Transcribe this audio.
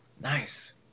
Nice